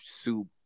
soup